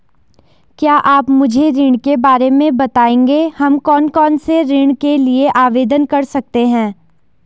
क्या आप मुझे ऋण के बारे में बताएँगे हम कौन कौनसे ऋण के लिए आवेदन कर सकते हैं?